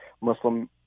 Muslim